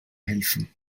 helfen